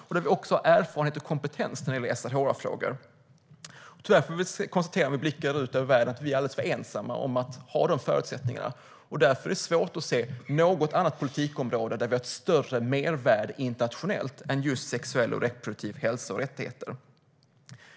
Vi har också erfarenhet och kompetens när det gäller de här frågorna. Tyvärr kan vi konstatera när vi blickar ut över världen att vi är alldeles för ensamma om att ha de förutsättningarna. Därför är det svårt att se något annat politikområde där vi har ett större mervärde internationellt än just sexuell och reproduktiv hälsa och rättigheter.